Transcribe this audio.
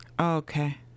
Okay